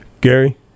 Gary